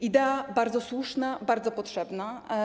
Idea bardzo słuszna, bardzo potrzebna.